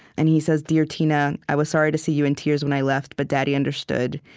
and he says, dear tina, i was sorry to see you in tears when i left, but daddy understood.